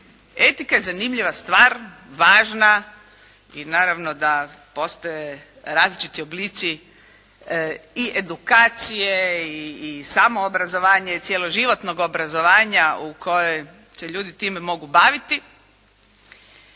Etika je zanimljiva stvar, važna i naravno da postoje različiti oblici i edukacije i samoobrazovanje i cijeloživotnog obrazovanja u kojoj se ljudi time mogu baviti,